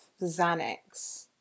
Xanax